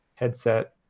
headset